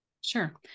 Sure